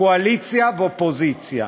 קואליציה אופוזיציה.